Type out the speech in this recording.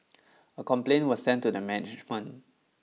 a complaint was sent to the management